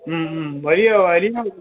വഴിയോ വഴിയോ